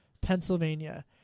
Pennsylvania